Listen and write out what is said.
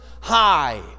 High